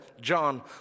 John